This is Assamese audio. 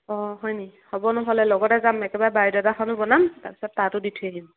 অঁ হয়নি হ'ব নহ'লে লগতে যাম একেবাৰে বায়'ডাটাখনো বনাম তাৰপিছত তাতো দি থৈ আহিম